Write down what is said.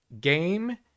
game